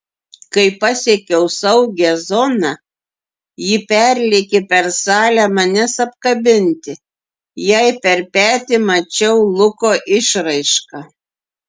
kai pasiekiau saugią zoną ji perlėkė per salę manęs apkabinti jai per petį mačiau luko išraišką